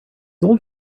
old